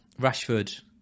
Rashford